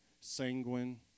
Sanguine